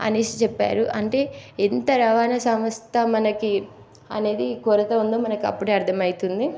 అనేసి చెప్పారు అంటే ఎంత రవాణా సంస్థ మనకి అనేది కొరత ఉందో మనకి అప్పుడే అర్థమైతుంది